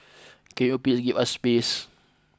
can you please give us space